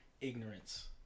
ignorance